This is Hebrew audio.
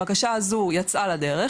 הבקשה הזו יצאה לדרך,